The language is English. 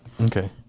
Okay